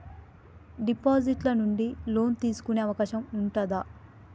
Deposit ల నుండి loan తీసుకునే అవకాశం ఉంటదా?